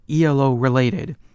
ELO-related